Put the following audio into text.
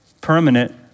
permanent